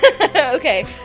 Okay